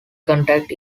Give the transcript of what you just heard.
contact